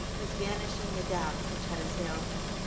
was banishing the doubts which had assailed him.